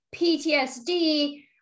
ptsd